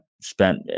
spent